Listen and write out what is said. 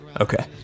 Okay